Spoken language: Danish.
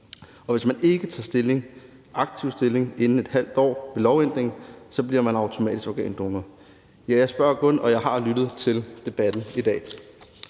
Og hvis man ikke tager aktivt stilling inden et halvt år efter lovændringen, bliver man så automatisk organdonor? Jeg spørger kun, og jeg har lyttet til debatten i dag.